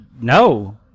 no